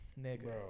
nigga